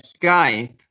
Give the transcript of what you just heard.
Skype